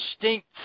distinct